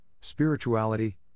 spirituality